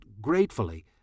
gratefully